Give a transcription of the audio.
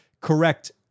correct